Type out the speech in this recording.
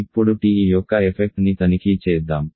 ఇప్పుడు TE యొక్క effect ని తనిఖీ చేద్దాం